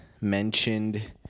mentioned